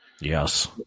Yes